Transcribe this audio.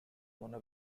mona